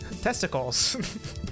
testicles